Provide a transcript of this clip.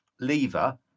lever